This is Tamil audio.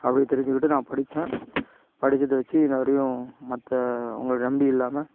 அப்படின்னு தெரிஞ்சுக்கிட்டு நான் படத்தேன் படிச்சதை வச்சு இன்றைவரையும் மற்றவங்கள நம்பி இல்லாமல்